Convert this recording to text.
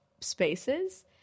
spaces